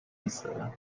ایستادن